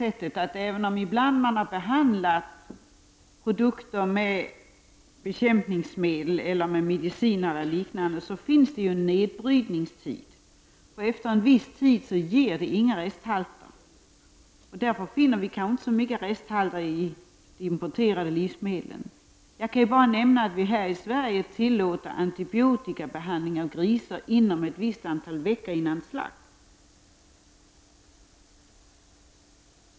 Även om man behandlat produkter med bekämpningsmedel eller använt medicin eller liknande finns ju en nedbrytningstid. Efter en viss tid finns det inga resthalter. Det är därför som vi kanske inte finner så mycket resthalter i de importerade livsmedlen. Jag kan här nämna att vi i Sverige tillåter antibiotikabehandling av grisar fram till ett visst antal veckor före slakt.